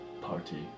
party